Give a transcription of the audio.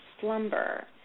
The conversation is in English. slumber